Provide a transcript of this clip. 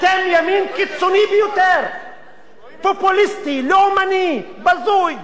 אתם ימין קיצוני ביותר, פופוליסטי, לאומני, בזוי.